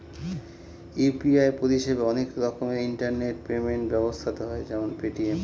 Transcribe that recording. UPI পরিষেবা অনেক রকমের ইন্টারনেট পেমেন্ট ব্যবস্থাতে হয় যেমন পেটিএম